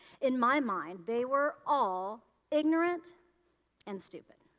in my mind, they were all ignorant and stupid.